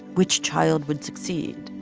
which child would succeed?